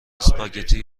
اسپاگتی